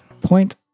Point